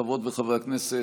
חברות וחברי הכנסת,